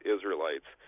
Israelites